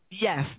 Yes